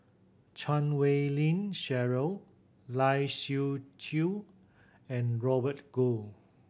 Chan Wei Ling Cheryl Lai Siu Chiu and Robert Goh